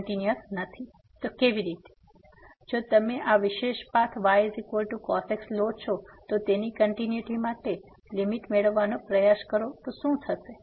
તો કેવી રીતે જો તમે આ વિશેષ પાથ ycos x લો છો અને તેની કંટીન્યુટી માટેની લીમીટ મેળવવાનો પ્રયાસ કરો તો શું થશે